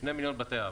שני מיליון בתי אב.